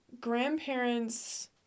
grandparents